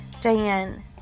Diane